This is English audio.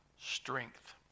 strength